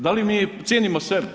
Da li mi cijenimo sebe?